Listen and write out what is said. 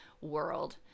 world